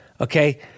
okay